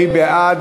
מי בעד?